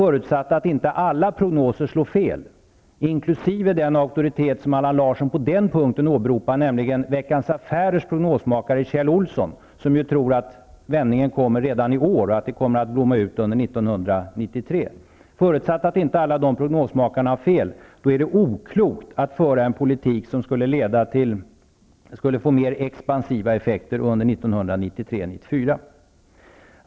Förutsatt att inte alla prognosmakare, inkl. den auktoritet som Allan som ju tror att vändningen kommer redan i år och kommer att blomma ut under 1993 -- har fel, är det oklokt att föra en politik som skulle få mer expansiva effekter 1993--1994.